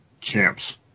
champs